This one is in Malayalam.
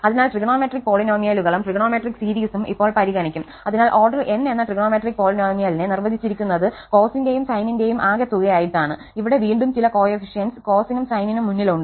അതിനാൽ ട്രിഗണോമെട്രിക് പോളിനോമിയലുകളും ട്രിഗണോമെട്രിക് സീരീസും ഇപ്പോൾ പരിഗണിക്കും അതിനാൽ ഓർഡർ n എന്ന ട്രിഗണോമെട്രിക് പോളിനോമിയലിനെ നിർവചിച്ചിരിക്കുന്നത് കോസിന്റെയും സൈനിന്റെയും ആകെത്തുകയായിട്ടാണ് ഇവിടെ വീണ്ടും ചില കോഎഫിഷ്യന്റ്സ് കോസിനും സൈനിനും മുന്നിൽ ഉണ്ട്